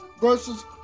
versus